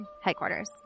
headquarters